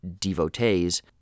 devotees